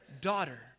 daughter